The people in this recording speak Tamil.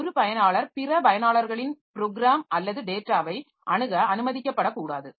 ஒரு பயனாளர் பிற பயனாளரின் ப்ரோகிராம் அல்லது டேட்டாவை அணுக அனுமதிக்கப்படக்கூடாது